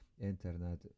internet